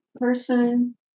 person